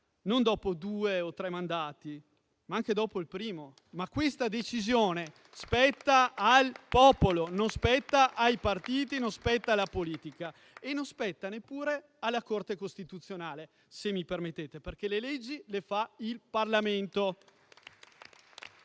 non dopo due o tre mandati, ma anche dopo il primo. Ma questa è una decisione che spetta al popolo. Non spetta ai partiti, non spetta alla politica e non spetta neppure alla Corte costituzionale, se mi permettete, perché le leggi le fa il Parlamento.